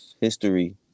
history